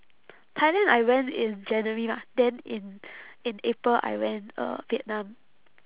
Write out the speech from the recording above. thailand I went in january mah then in in april I went uh vietnam